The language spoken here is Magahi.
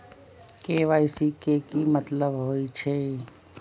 के.वाई.सी के कि मतलब होइछइ?